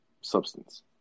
substance